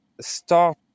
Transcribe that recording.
start